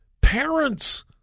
Parents